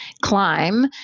climb